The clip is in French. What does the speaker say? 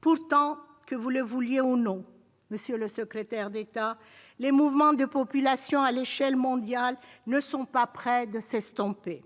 Pourtant, que vous le vouliez ou non, monsieur le secrétaire d'État, les mouvements de populations à l'échelle mondiale ne sont pas près de s'estomper.